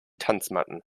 tanzmatten